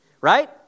right